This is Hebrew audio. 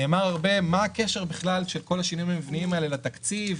נאמר הרבה מה הקשר בכלל של כל השינויים המבניים האלה לתקציב?